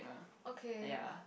okay